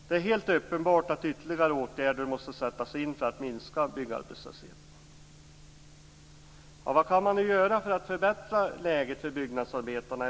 Det är helt uppenbart att ytterligare åtgärder måste sättas in för att minska byggarbetslösheten.